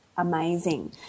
amazing